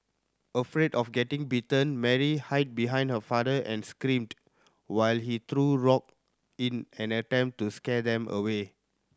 afraid of getting bitten Mary hid behind her father and screamed while he threw rock in an attempt to scare them away